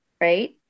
right